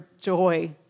joy